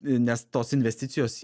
nes tos investicijos